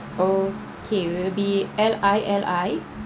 okay it'll be L I LI